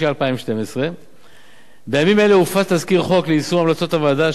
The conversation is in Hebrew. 2012. בימים אלו הופץ תזכיר חוק ליישום המלצות הוועדה,